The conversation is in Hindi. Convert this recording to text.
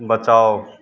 बचाओ